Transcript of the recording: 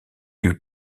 lui